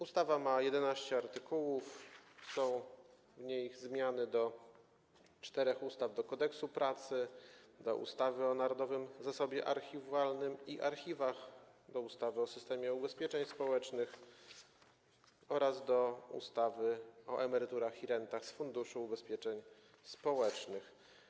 Ustawa ma 11 artykułów, są w niej zmiany do czterech ustaw: do Kodeksu pracy, do ustawy o narodowym zasobie archiwalnym i archiwach, do ustawy o systemie ubezpieczeń społecznych oraz ustawy o emeryturach i rentach z Funduszu Ubezpieczeń Społecznych.